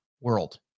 world